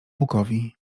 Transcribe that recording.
pukowi